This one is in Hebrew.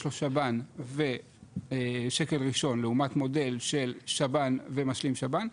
לו שב"ן ושקל ראשון לעומת מודל של שב"ן ומשלים שב"ן,